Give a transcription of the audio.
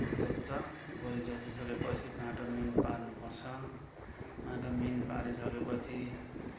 जोत्छ गोरु जोतिसकेपछि माटो मिहिन मार्नु पर्छ माटो मिहिन पारिसकेपछि